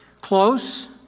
close